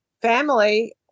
family